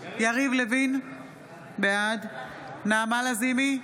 בעד נעמה לזימי,